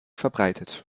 verbreitet